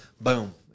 Boom